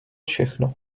všechno